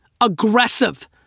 aggressive